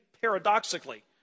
paradoxically